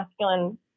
masculine